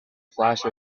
flash